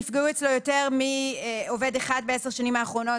נפגעו אצלו יותר מעובד אחד בעשר השנים האחרונות,